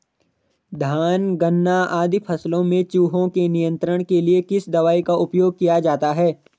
धान गन्ना आदि फसलों में चूहों के नियंत्रण के लिए किस दवाई का उपयोग किया जाता है?